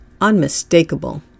Unmistakable